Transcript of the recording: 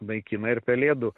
naikina ir pelėdų